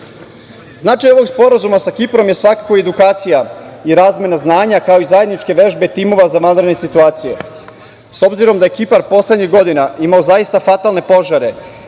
prava. Značaj ovog sporazuma sa Kiprom je svakako i edukacija i razmena znanja, kao i zajedničke vežbe timova za vanredne situacije. S obzirom da je Kipar poslednjih godina imao zaista fatalne požare